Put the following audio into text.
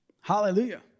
hallelujah